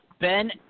Ben